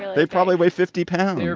they probably weigh fifty pounds. yeah